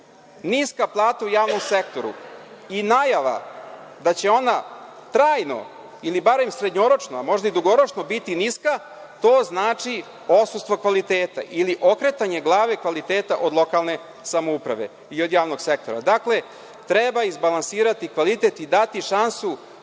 Niska plata u javnom sektoru i najava da će ona trajno ili barem srednjoročno, a možda i dugoročno biti niska, to znači odsustvo kvaliteta ili okretanje glava kvaliteta od lokalne samouprave i javnog sektora. Dakle, treba izbalansirati kvalitet i dati šansu